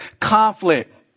conflict